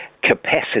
capacity